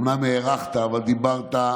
אומנם הארכת, אבל אני חושב